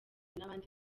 n’abandi